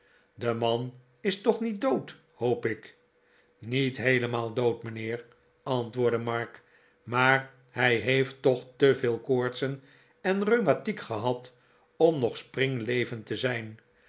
de man is toch niet dood hoop ik niet heelemaal dood mijnheer antwoordde mark maar hij heeft toch te veel koortsen en rheumatiek gehad om nog springlevend te zijn